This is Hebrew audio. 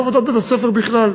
בעבודת בית-הספר בכלל.